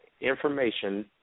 information